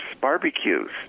barbecues